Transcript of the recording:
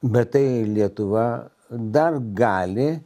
bet tai lietuva dar gali